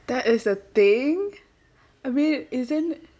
that is a thing I mean is there